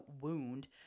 wound